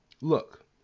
Look